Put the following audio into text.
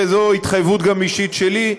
וזו התחייבות גם אישית שלי,